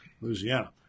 Louisiana